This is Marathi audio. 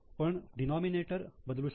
पण डीनोमिनेटर बदलू शकते